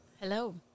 Hello